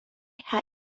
ha